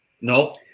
No